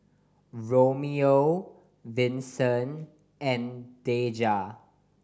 Romeo Vinson and Deja